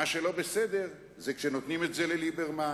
מה שלא בסדר זה כשנותנים את זה לליברמן.